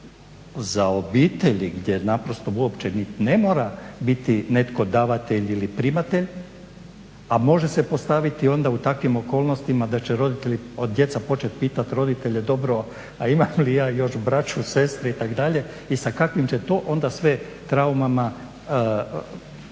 za obitelji gdje naprosto uopće niti ne mora biti netko davatelj ili primatelj, a može se postaviti onda u takvim okolnostima da će djeca početi pitati roditelje dobro, a imam li ja još braću, sestre i tak' dalje i sa kakvim će to onda sve traumama će društvo